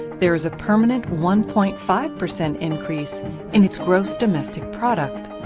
there is a permanent one point five percent increase in it's gross domestic product.